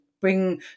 bring